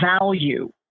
value